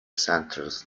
centres